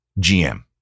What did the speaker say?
GM